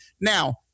Now